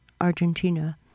Argentina